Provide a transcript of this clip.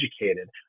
educated